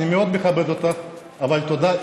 אני מאוד מכבד אותך, אבל תודה.